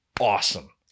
Awesome